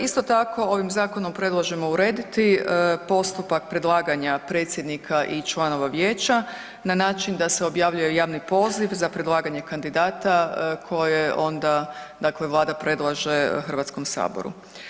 Isto tako, ovim zakonom predlažemo urediti postupak predlaganja i članova vijeća na način da se objavljuje javni poziv za predlaganje kandidata koje onda dakle Vlada predlaže Hrvatskom saboru.